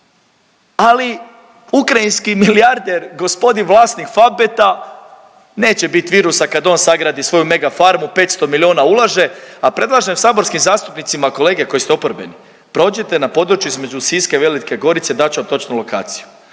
ali ukrajinski milijarder gospodin vlasnik FAVBET-a neće bit virusa kad on sagradi svoju mega farmu. 500 milijuna ulaže, a predlažem saborskim zastupnicima kolege koji ste oporbeni, prođite na području između Siska i Velike Gorice, dat ću vam točnu lokaciju.